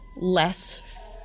less